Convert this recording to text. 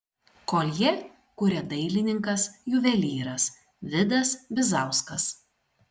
koljė kuria dailininkas juvelyras vidas bizauskas